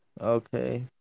Okay